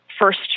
first